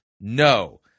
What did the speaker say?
no